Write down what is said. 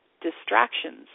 distractions